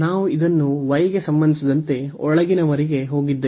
ನಾವು ಇದನ್ನು y ಗೆ ಸಂಬಂಧಿಸಿದಂತೆ ಒಳಗಿನವರಿಗೆ ಹೊಂದಿದ್ದೇವೆ